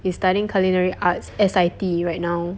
is studying culinary arts S_I_T right now